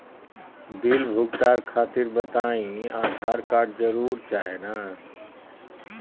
Bill भुगतान खातिर रहुआ बताइं आधार कार्ड जरूर चाहे ना?